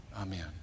Amen